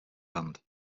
band